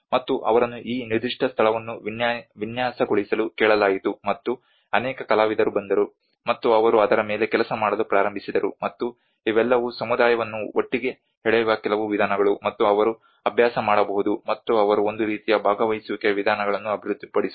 ಮತ್ತು ಅವರನ್ನು ಈ ನಿರ್ದಿಷ್ಟ ಸ್ಥಳವನ್ನು ವಿನ್ಯಾಸಗೊಳಿಸಲು ಕೇಳಲಾಯಿತು ಮತ್ತು ಅನೇಕ ಕಲಾವಿದರು ಬಂದರು ಮತ್ತು ಅವರು ಅದರ ಮೇಲೆ ಕೆಲಸ ಮಾಡಲು ಪ್ರಾರಂಭಿಸಿದರು ಮತ್ತು ಇವೆಲ್ಲವೂ ಸಮುದಾಯವನ್ನು ಒಟ್ಟಿಗೆ ಎಳೆಯುವ ಕೆಲವು ವಿಧಾನಗಳು ಮತ್ತು ಅವರು ಅಭ್ಯಾಸ ಮಾಡಬಹುದು ಮತ್ತು ಅವರು ಒಂದು ರೀತಿಯ ಭಾಗವಹಿಸುವಿಕೆಯ ವಿಧಾನಗಳನ್ನು ಅಭಿವೃದ್ಧಿಪಡಿಸಬಹುದು